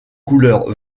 couleur